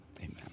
amen